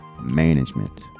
management